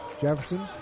Jefferson